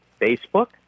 Facebook